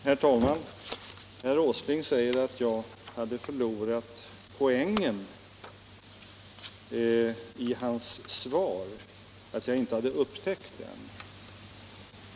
Herr talman! Herr Åsling säger att jag inte hade upptäckt poängen i hans svar.